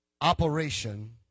Operation